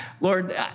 Lord